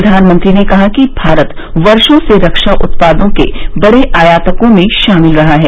प्रधानमंत्री ने कहा कि भारत वर्षों से रक्षाउत्पादों के बड़े आयातकों में शामिल रहा हैं